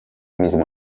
mismo